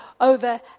over